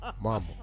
Mama